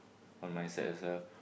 on my side as well